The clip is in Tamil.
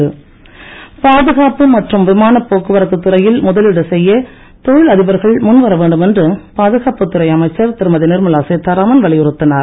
நிர்மலா சீத்தாராமன் பாதுகாப்பு மற்றும் விமானபோக்குவரத்து துறையில் முதலீடு செய்ய தொழிலதிபர்கள் முன்வர வேண்டும் என்று பாதுகாப்பு துறை அமைச்சர் திருமதி நிர்மலா சீத்தாராமன் வலியுறுத்தினார்